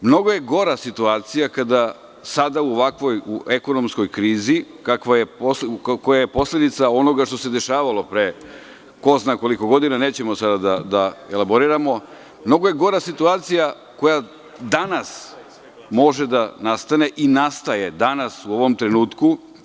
Mnogo je gora situacija kada sada u ovakvoj ekonomskoj krizi, koja je posledica onoga što se dešavalo pre ko zna koliko godina, nećemo sada da elaboriramo, mnogo je gora situacija koja danas može da nastane i nastaje danas, u ovom trenutku.